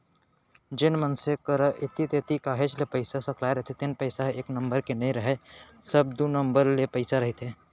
जेन मनसे मन करा ऐती तेती ले काहेच के पइसा सकलाय रहिथे तेन पइसा ह एक नंबर के नइ राहय सब दू नंबर के पइसा रहिथे